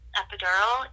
epidural